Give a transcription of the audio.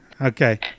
Okay